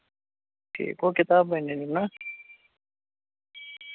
ٹھیٖک گوٚو کِتاب بَنیٚو نا